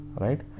right